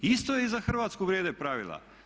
Isto je i za Hrvatsku vrijede pravila.